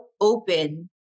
open